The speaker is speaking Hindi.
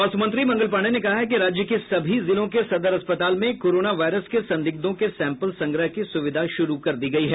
स्वास्थ्य मंत्री मंगल पांडेय ने कहा है कि राज्य के सभी जिलों के सदर अस्पताल में कोरोना वायरस के संदिग्धों के सैंपल संग्रह की सुविधा शुरू कर दी गयी है